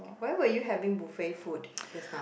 but then were you having buffet food just now